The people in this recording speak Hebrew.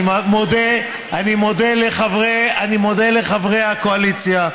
אני מודה לחברי הקואליציה.